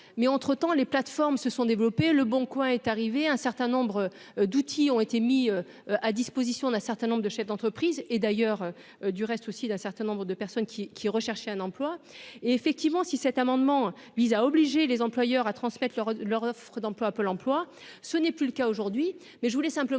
mais entre temps, les plateformes se sont développés, Le Bon Coin est arrivé à un certain nombre d'outils ont été mis à disposition d'un certain nombre de chefs d'entreprises et d'ailleurs du reste aussi d'un certain nombre de personnes qui qui recherchaient un emploi et, effectivement, si cet amendement vise à obliger les employeurs à transmettre leur leur offre d'emploi, pôle emploi ce n'est plus le cas aujourd'hui,